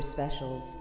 Specials